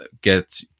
get